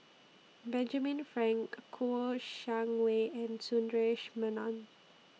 Benjamin Frank Kouo Shang Wei and Sundaresh Menon